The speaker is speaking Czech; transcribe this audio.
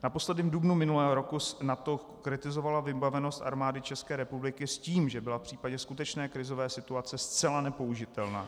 Naposledy v dubnu minulého roku NATO kritizovala vybavenost Armády České republiky s tím, že by byla v případě skutečné krizové situace zcela nepoužitelná.